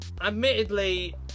admittedly